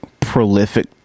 prolific